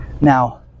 Now